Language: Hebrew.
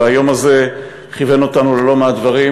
והיום הזה כיוון אותנו ללא מעט דברים,